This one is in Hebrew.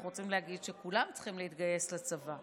רוצים להגיד שכולם צריכים להתגייס לצבא.